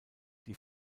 die